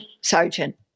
Sergeant